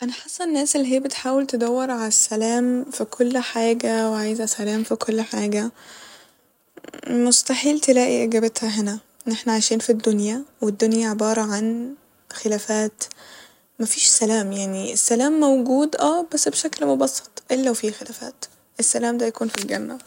أنا حاسه الناس اللي هي بتحاول تدور ع السلام ف كل حاجة وعايزه سلام ف كل حاجة مستحيل تلاقي اجابتها هنا ، إن احنا عايشين ف الدنيا والدنيا عبارة عن خلافات مفيش سلام يعني السلام موجود اه بس بشكل مبسط الا لو في خلافات السلام ده يكون ف الجنة